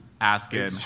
asking